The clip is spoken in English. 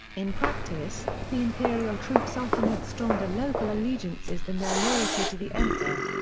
in practice, the imperial troops often had stronger local allegiances than their loyalty to the emperor.